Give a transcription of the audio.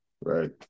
right